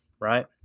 right